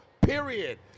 Period